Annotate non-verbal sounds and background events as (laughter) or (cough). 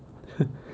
(laughs)